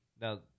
Now